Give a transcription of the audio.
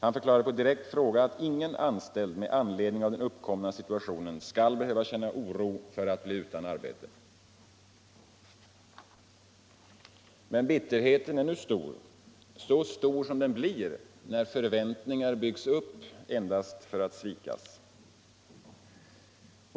Han förklarade på direkt fråga att ingen anställd med anledning av den uppkomna situationen skall behöva känna oro för att bli utan arbete.” Men bitterheten är nu stor, så stor som den blir när förväntningar byggs upp endast för att svikas.